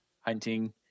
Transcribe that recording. hunting